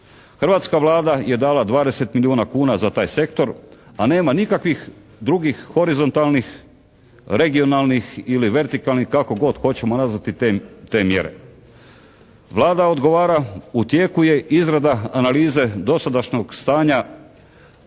Hrvatska Vlada je dala 20 milijuna kuna za taj sektor, a nema nikakvih drugih horizontalnih, regionalnih ili vertikalnih kako god hoćemo nazvati te mjere. Vlada odgovara u tijeku je izrada analize dosadašnjog stanja